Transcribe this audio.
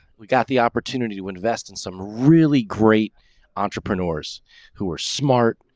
we got the opportunity to invest in some really great entrepreneurs who were smart,